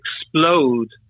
explode